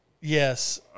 Yes